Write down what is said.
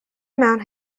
amount